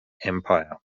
empire